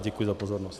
Děkuji za pozornost.